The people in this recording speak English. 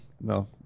No